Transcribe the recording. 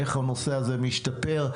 איך הנושא הזה משתפר.